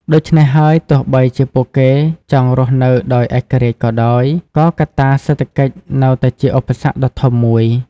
ដូច្នេះហើយ ទោះបីជាពួកគេចង់រស់នៅដោយឯករាជ្យក៏ដោយ ក៏កត្តាសេដ្ឋកិច្ចនៅតែជាឧបសគ្គដ៏ធំមួយ។